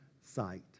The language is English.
sight